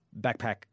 backpack